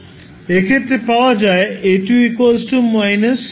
এক্ষেত্রে পাওয়া যায় A2 − A1